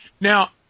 Now